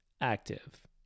active